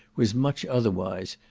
was much otherwise,